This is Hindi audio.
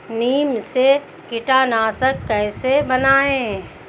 नीम से कीटनाशक कैसे बनाएं?